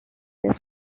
that